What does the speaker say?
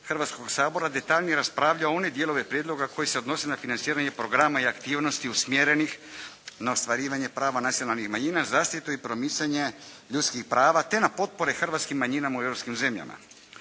Hrvatskoga sabora detaljnije raspravljao one dijelove prijedloga koji se odnose na financiranje programa i aktivnosti usmjerenih na ostvarivanje prava nacionalnih manjina, zaštitu i promicanje ljudskih prava te na potpore hrvatskim manjinama u europskim zemljama.